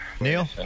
Neil